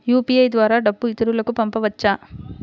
UPI ద్వారా డబ్బు ఇతరులకు పంపవచ్చ?